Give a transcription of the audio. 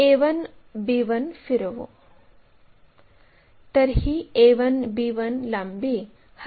तर ही a1 b1 लांबी हस्तांतरित करू